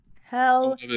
hell